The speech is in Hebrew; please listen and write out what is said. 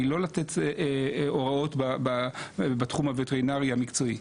היא לא לתת הוראות בתחום הווטרינרי המקצועי.